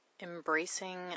Embracing